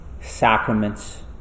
sacraments